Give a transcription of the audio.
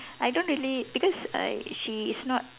I don't really because uh she is not